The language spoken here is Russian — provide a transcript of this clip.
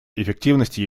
эффективности